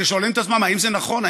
ששואלים את עצמם האם זה נכון.